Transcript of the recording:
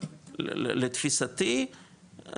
לתפיסתי,